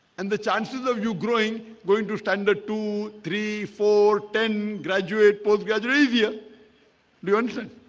and the chances of you growing going to standard two three four ten graduate post-grad ravier prevention